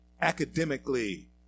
academically